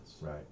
Right